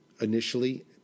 initially